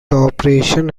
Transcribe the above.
operation